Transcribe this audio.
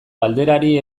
galderari